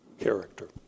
character